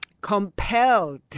compelled